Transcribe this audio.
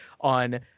on